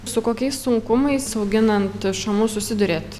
su kokiais sunkumais auginant šamus susiduriat